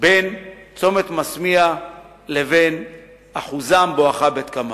בין צומת מסמיה לבין אחוזם, בואך בית-קמה.